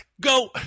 go